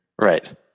Right